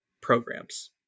programs